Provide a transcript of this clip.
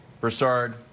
Broussard